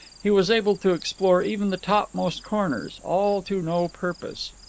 he was able to explore even the topmost corners. all to no purpose.